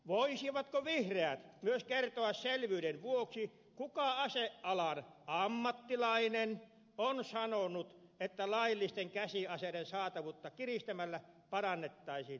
voisivatko vihreät myös kertoa selvyyden vuoksi kuka asealan ammattilainen on sanonut että laillisten käsiaseiden saatavuutta kiristämällä parannettaisiin turvallisuutta